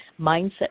mindset